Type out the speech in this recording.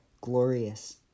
glorious